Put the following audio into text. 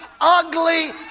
ugly